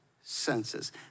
senses